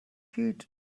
heat